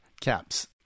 caps